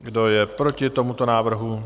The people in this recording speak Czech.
Kdo je proti tomuto návrhu?